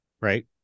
right